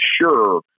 sure